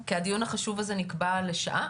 כי הדיון החשוב הזה נקבע לשעה,